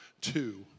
two